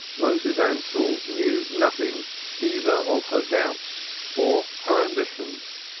moses ansell knew nothing either of her doubts or her ambitions.